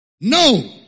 No